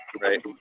right